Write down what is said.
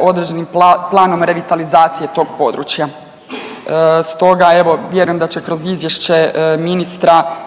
određenim planom revitalizacije tog područja. Stoga evo vjerujem da će kroz izvješće ministra